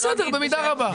בסדר, במידה רבה.